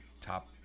top